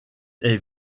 est